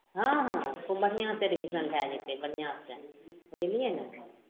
हँ हँ खूब बढ़िआँसे एडमिशन भए जेतै बढ़िआँसे बुझलिए ने